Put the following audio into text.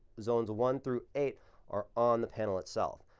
zones one through eight are on the panel itself.